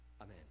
amen